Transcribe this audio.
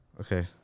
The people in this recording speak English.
Okay